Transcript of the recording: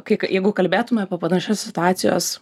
kad jeigu kalbėtume apie panašios situacijos